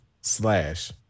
slash